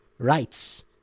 Rights